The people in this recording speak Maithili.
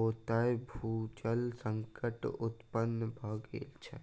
ओतय भू जल संकट उत्पन्न भ गेल छै